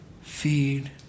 Feed